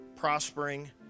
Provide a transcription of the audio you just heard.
prospering